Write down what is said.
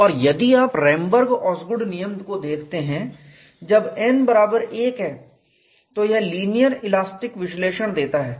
और यदि आप रैमबर्ग ओसगुड नियम को देखते हैं जब n बराबर 1 है तो यह लीनियर इलास्टिक विश्लेषण देता है